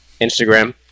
Instagram